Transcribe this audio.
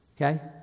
okay